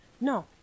No